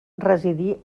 residí